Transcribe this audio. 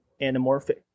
anamorphic